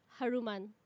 Haruman